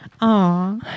Aw